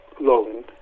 long